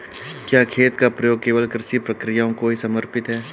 क्या खेत का प्रयोग केवल कृषि प्रक्रियाओं को ही समर्पित है?